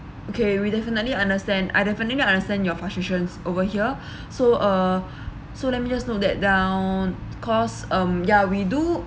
okay we definitely understand I definitely understand your frustrations over here so uh so let me just note that down cause um ya we do